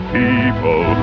people